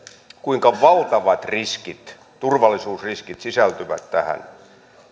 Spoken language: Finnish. kuinka valtavat riskit turvallisuusriskit sisältyvät tähän